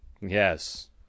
Yes